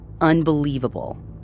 unbelievable